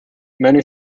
many